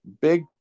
Big